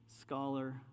scholar